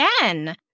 again